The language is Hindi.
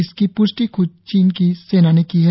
इसकी प्ष्टि ख्द चीनी सेना ने की है